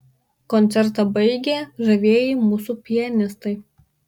koncertą baigė žavieji mūsų pianistai